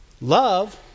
love